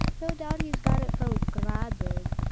no doubt he's got it from graberg.